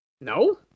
No